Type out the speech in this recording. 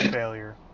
failure